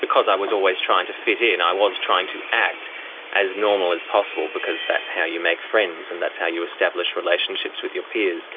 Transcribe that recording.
because i was always trying to fit in, and i was trying to act as normal as possible because that's how you make friends and that's how you establish relationships with your peers.